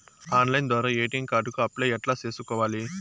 Online ద్వారా ATM card కు apply ఎట్లా సేసుకోవాలి?